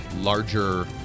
larger